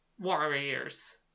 warriors